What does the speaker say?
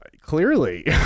Clearly